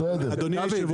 פה